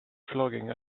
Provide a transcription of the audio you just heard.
flogging